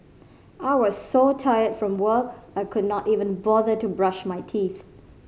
I was so tired from work I could not even bother to brush my teeth